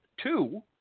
two